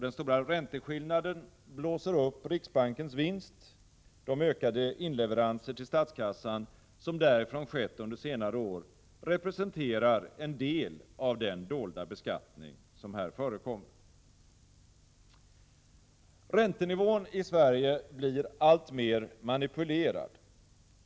Den stora ränteskillnaden blåser upp riksbankens vinst, och de ökade inleveranser till statskassan som skett därifrån under senare år representerar en del av den dolda beskattning som här förekommer. Räntenivån i Sverige blir alltmer manipulerad.